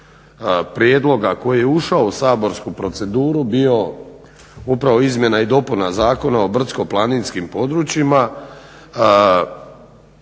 prijedloga koji je ušao u saborsku proceduru bio upravo izmjena i dopuna Zakona o brdsko-planinskim područjima